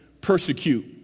persecute